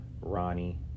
Ronnie